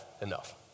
enough